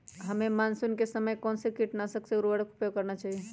हमें मानसून के समय कौन से किटनाशक या उर्वरक का उपयोग करना चाहिए?